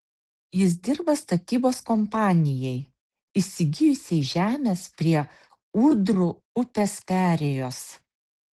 jis dirba statybos kompanijai įsigijusiai žemės prie ūdrų upės perėjos